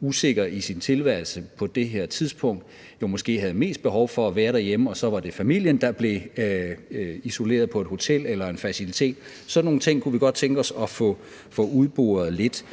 usikker i sin tilværelse på det her tidspunkt, jo måske havde mest behov for at være derhjemme, så det var familien, der blev isoleret på et hotel eller en facilitet. Sådan nogle ting kunne vi godt tænke os at få udboret lidt.